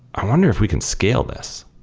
i wonder if we can scale this.